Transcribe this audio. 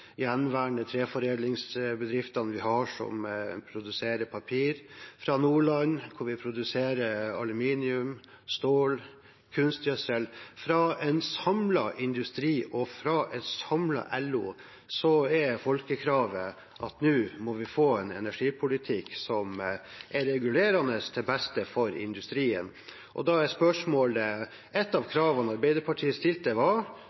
gjenværende treforedlingsbedriftene som produserer papir, fra Nordland, hvor vi produserer aluminium, stål og kunstgjødsel. Fra en samlet industri og fra et samlet LO er folkekravet at vi nå må få en energipolitikk som kan reguleres til beste for industrien. Da er spørsmålet: Et av kravene Arbeiderpartiet stilte, var